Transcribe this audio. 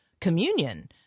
communion